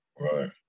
right